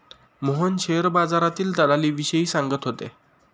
Mohan share बाजारातील दलालीविषयी सांगत होते